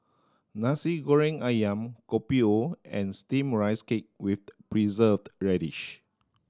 Nasi Goreng Ayam Kopi O and Steamed Rice Cake with Preserved Radish